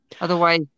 Otherwise